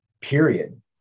period